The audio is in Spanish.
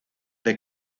the